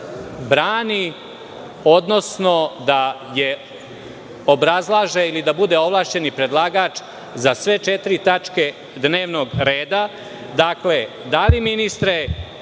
brani, odnosno da je obrazlaže ili da bude ovlašćeni predlagač za sve četiri tačke dnevnog reda. Dakle, da li ministre